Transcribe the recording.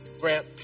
grant